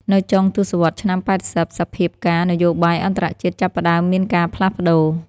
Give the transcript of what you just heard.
នៅចុងទសវត្សរ៍ឆ្នាំ ៨០ សភាពការណ៍នយោបាយអន្តរជាតិចាប់ផ្តើមមានការផ្លាស់ប្តូរ។